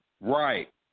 right